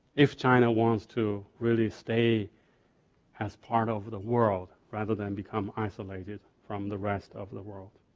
if china wants to really stay as part of the world, rather than become isolated from the rest of the world.